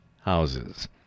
houses